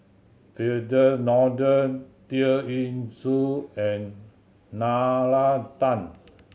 Firdaus Nordin Tear Ee Soon and Nalla Tan